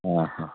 ହଁ ହଁ